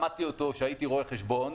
למדתי אותן כשהייתי רואה חשבון,